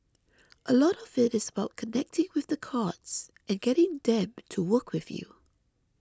a lot of it is about connecting with the cards and getting them to work with you